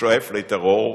השואף לטרור,